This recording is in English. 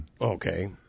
Okay